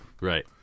Right